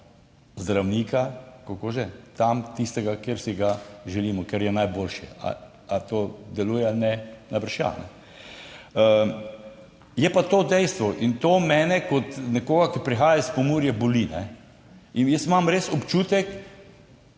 zdravnika, kako že, tam, tistega, kjer si ga želimo, ker je najboljši. Ali to deluje ali ne, najbrž ja. Je pa to dejstvo in to mene kot nekoga, ki prihaja iz Pomurja, boli in jaz imam res občutek,